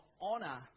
honor